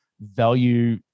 value